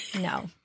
No